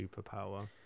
superpower